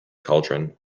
cauldron